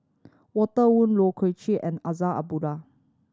Walter Woon Leu Yew Chye and Abdullah